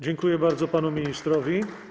Dziękuję bardzo panu ministrowi.